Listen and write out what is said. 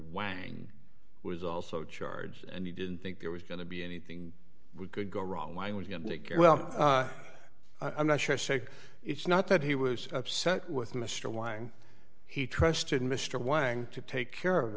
wang was also charged and he didn't think there was going to be anything we could go wrong i was going to get well i'm not sure it's not that he was upset with mr wang he trusted mr wang to take care of